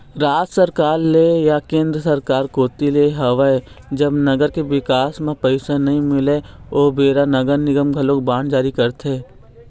राज सरकार ले या केंद्र सरकार कोती ले होवय जब नगर के बिकास करे म पइसा नइ मिलय ओ बेरा नगर निगम घलोक बांड जारी करथे